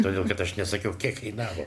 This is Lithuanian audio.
todėl kad aš nesakiau kiek kainavo